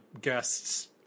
guests